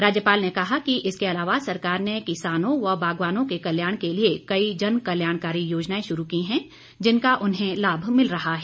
राज्यपाल ने कहा कि इसके अलावा सरकार ने किसानों व बागवानों के कल्याण के लिए कई जनकल्याणकारी योजनाएं शुरू की हैं जिनका उन्हें लाभ मिल रहा है